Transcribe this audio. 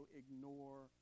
ignore